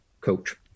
coach